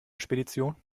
spedition